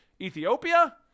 Ethiopia